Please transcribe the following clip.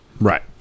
Right